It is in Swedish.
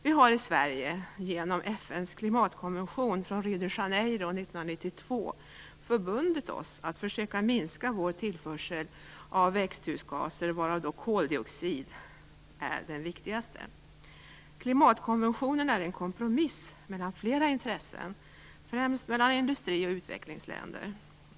Vi har i Sverige genom FN:s klimatkonvention från Rio de Janeiro 1992 förbundit oss att försöka minska vår tillförsel av växthusgaser, varav koldioxid är den viktigaste. Klimatkonventionen är en kompromiss mellan flera intressen, främst mellan industrioch utvecklingsländer.